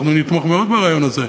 אנחנו נתמוך מאוד ברעיון הזה.